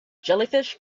jellyfish